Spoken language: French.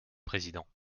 président